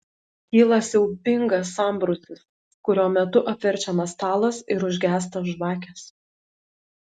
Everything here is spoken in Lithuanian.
kyla siaubingas sambrūzdis kurio metu apverčiamas stalas ir užgęsta žvakės